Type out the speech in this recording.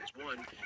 One